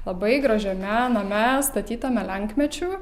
labai gražiame name statytame lenkmečiu